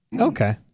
Okay